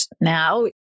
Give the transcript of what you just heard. now